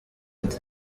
nde